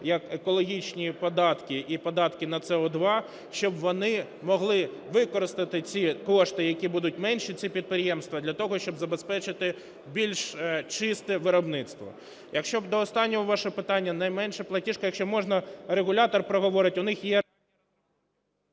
як екологічні податки і податки на СО2, щоб вони могли використати ці кошти, які будуть менші, ці підприємства, для того, щоб забезпечити більш чисте виробництво. Щодо останнього вашого питання – найменша платіжка, якщо можна, регулятор проговорить, у них є...